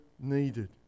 needed